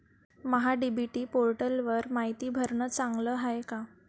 महा DBT पोर्टलवर मायती भरनं चांगलं हाये का?